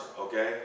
okay